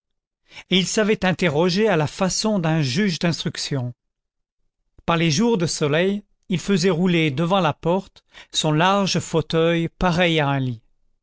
il savait interroger à la façon d'un juge d'instruction par les jours de soleil il faisait rouler devant la porte son large fauteuil pareil à un lit